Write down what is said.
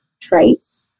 traits